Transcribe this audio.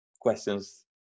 Questions